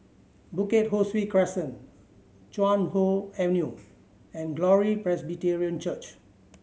Bukit Ho Swee Crescent Chuan Hoe Avenue and Glory Presbyterian Church